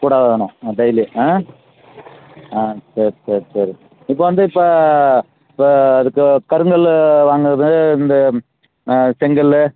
கூடதானே ஆ ஆ சரி சரி சரி இப்போ வந்து இப்போ இப்போ அதுக்கு கருங்கல் வாங்கிறது இந்த செங்கல்